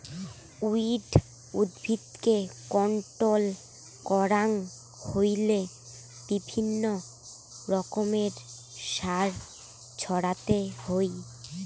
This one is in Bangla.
উইড উদ্ভিদকে কন্ট্রোল করাং হইলে বিভিন্ন রকমের সার ছড়াতে হই